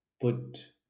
put